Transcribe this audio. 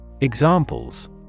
Examples